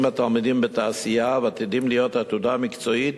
התלמידים בתעשייה ועתידים להיות עתודה מקצועית